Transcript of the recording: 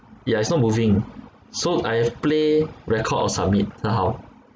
yeah it's not moving so I have play record or submit now how